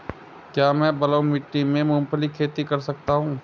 क्या मैं बालू मिट्टी में मूंगफली की खेती कर सकता हूँ?